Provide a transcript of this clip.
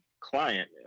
client